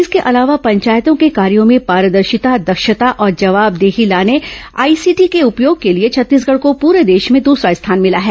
इसके अलावा पंचायतों के कार्यों में पारदर्शिता दक्षता और जवाबदेही लाने आईसीटी के उपयोग के लिए छत्तीसगढ़ को पूरे देश में दूसरा स्थान मिला है